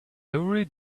every